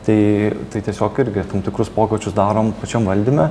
tai tai tiesiog irgi tam tikrus pokyčius darom pačiam valdyme